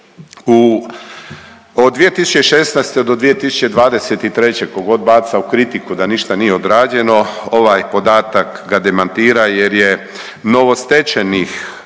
Od 2016. do 2023. ko god baca u kritiku da ništa nije odrađeno ovaj podatak ga demantira jer je novostečenih